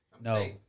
No